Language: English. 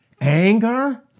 Anger